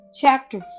chapter